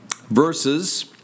verses